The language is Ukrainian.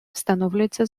встановлюється